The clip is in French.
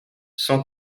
cent